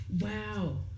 wow